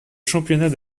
championnat